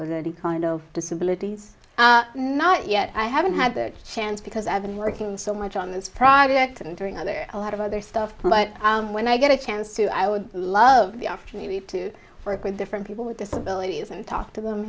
you kind of disabilities not yet i haven't had the chance because i've been working so much on this project and doing other a lot of other stuff but when i get a chance to i would love the opportunity to work with different people with disabilities and talk to them